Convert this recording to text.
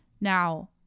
Now